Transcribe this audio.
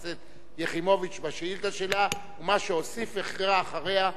הכנסת יחימוביץ בשאילתא שלה וממה שהוסיף והחרה אחריה,